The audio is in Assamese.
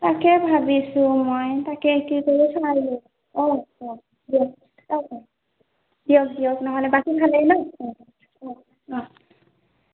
তাকে ভাবিছো মই তাকে কি কৰোঁ চোৱা যাব অঁ অঁ দিয়ক দিয়ক দিয়ক নহ'লে বাকী ভালেই ন অঁ